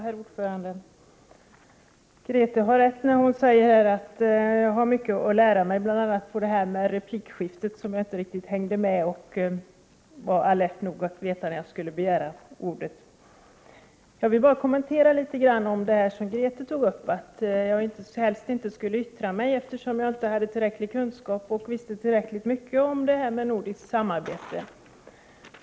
Herr talman! Grethe Lundblad hade rätt när hon sade att jag har mycket att lära mig, bl.a. vid replikskiftet när jag inte hängde med och var alert nog att veta när jag skulle begära ordet. Hon sade att jag helst inte skulle yttra mig eftersom jag inte hade tillräckliga kunskaper och inte visste tillräckligt mycket om nordiskt samarbete.